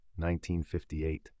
1958